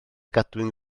gadwyn